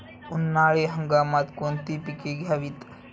उन्हाळी हंगामात कोणती पिके घ्यावीत?